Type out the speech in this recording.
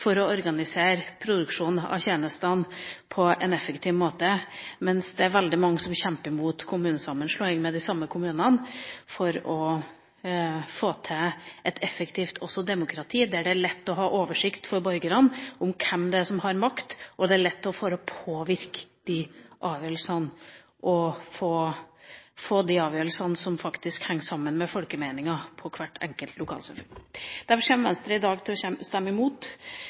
for å organisere produksjon av tjenestene på en effektiv måte, mens det er veldig mange som kjemper mot kommunesammenslåing med de samme kommunene for å få til et effektivt demokrati der det er lett for borgerne å ha oversikt over hvem som har makt, og lettere for dem å påvirke – og få – avgjørelser som faktisk henger sammen med folkemeningen i hvert enkelt lokalsamfunn. Derfor kommer Venstre i dag til å stemme imot